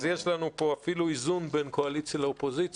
אז יש לנו פה אפילו איזון בין קואליציה לאופוזיציה,